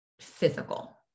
physical